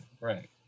right